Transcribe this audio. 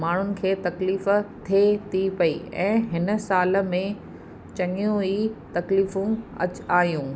माण्हुनि खे तकलीफ़ थिए थी पई ऐं हिन साल में चङियूं ई तकलीफ़ूं अच आहियूं